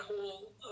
whole